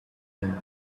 hand